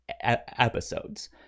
episodes